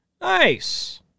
Nice